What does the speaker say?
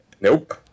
Nope